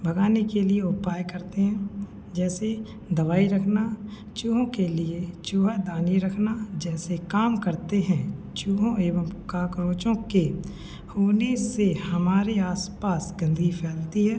भगाने के लिए उपाय करते हैं जैसे दवाई रखना चूहों के लिए चूहेदानी रखना जैसे काम करते हैं चूहों एवं काकरोचों के होने से हमारे आस पास गंदगी फैलती है